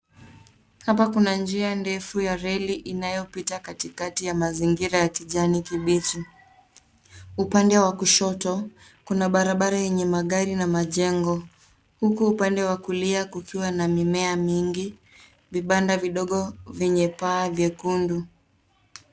Hapa kuna njia ndefu ya reli inayopita Katika ya mazingira ya kijani kibichi. Upande wa kushoto kuna barabara yenye magari na majengo huku upande wa kulia kukiwa na mimea mingi, vibanda vidogo vyenye paa vyekundu.